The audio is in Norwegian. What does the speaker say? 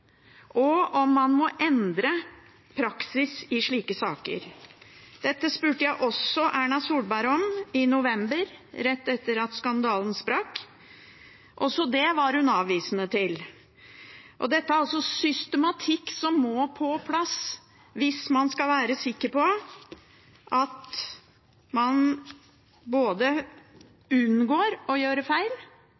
og om man må endre praksis i slike saker. Dette spurte jeg også Erna Solberg om i november, rett etter at skandalen sprakk. Også det var hun avvisende til. Dette er systematikk som må på plass hvis man skal være sikker på at man